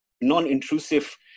non-intrusive